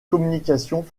communications